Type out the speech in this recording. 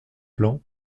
plan